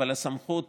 והסמכות